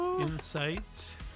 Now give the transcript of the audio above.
Insight